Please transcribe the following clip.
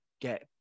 get